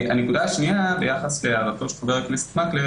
הנקודה השנייה ביחס להערתו של חבר הכנסת מקלב